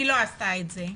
והיא לא עשתה את זה.